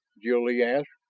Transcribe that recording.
jil-lee asked.